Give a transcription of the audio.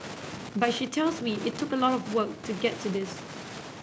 but she tells me it took a lot of work to get to this